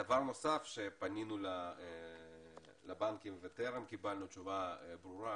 דבר נוסף שפנינו לבנקים וטרם קיבלנו תשובה ברורה,